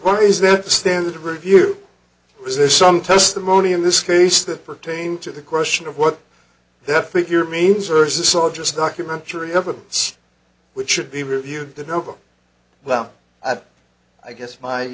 worry is there a standard review is there some testimony in this case that pertained to the question of what that figure means or is this all just documentary evidence which should be reviewed the nova well i've i guess my